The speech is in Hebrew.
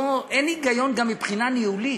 אין היגיון גם מבחינה ניהולית,